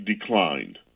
declined